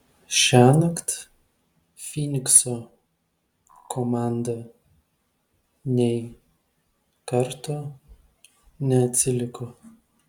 šiąnakt fynikso komanda nei karto neatsiliko